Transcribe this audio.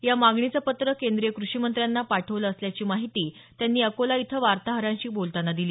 या मागणीचं पत्र केंद्रीय कृषी मंत्र्यांना पाठवलं असल्याची माहिती त्यांनी अकोला इथं वार्ताहरांशी बोलतांना दिली